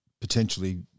potentially